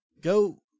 go